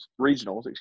regionals